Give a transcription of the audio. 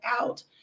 out